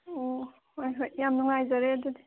ꯎꯝ ꯍꯣꯏ ꯍꯣꯏ ꯌꯥꯝ ꯅꯨꯡꯉꯥꯏꯖꯔꯦ ꯑꯗꯨꯗꯤ